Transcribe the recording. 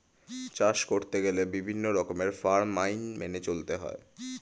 চাষ করতে গেলে বিভিন্ন রকমের ফার্ম আইন মেনে চলতে হয়